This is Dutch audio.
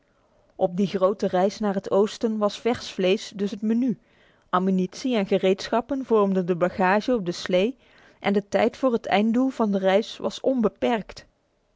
op die grote reis naar het oosten was vers vlees dus het menu ammunitie en gereedschappen vormden de bagage op de slee en de tijd voor het einddoel van de reis was onbeperkt